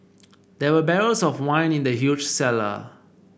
there were barrels of wine in the huge cellar